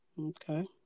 Okay